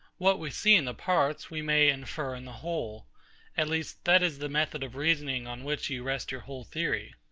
what we see in the parts, we may infer in the whole at least, that is the method of reasoning on which you rest your whole theory.